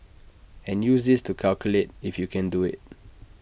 and use this to calculate if you can do IT